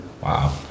Wow